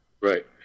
Right